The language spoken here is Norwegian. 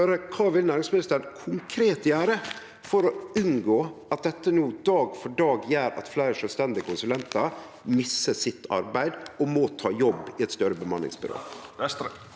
Kva vil næringsministeren konkret gjere for å unngå at dette no, dag for dag, gjer at fleire sjølvstendige konsulentar mistar arbeidet sitt og må ta jobb i eit større bemanningsbyrå?